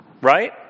right